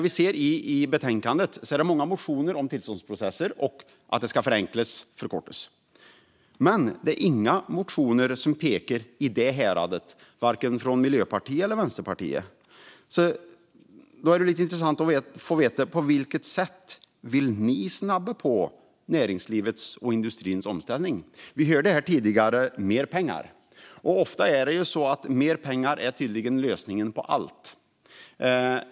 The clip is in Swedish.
I betänkandet behandlas många motioner om tillståndsprocesser och att dessa ska förenklas och förkortas. Men det finns inga motioner som pekar åt det hållet vare sig från Miljöpartiet eller från Vänsterpartiet. Därför vore det intressant att få veta på vilket sätt de vill snabba på näringslivets och industrins omställning. Vi hörde här tidigare att man talade om mer pengar, som tydligen är lösningen på allt.